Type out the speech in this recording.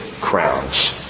crowns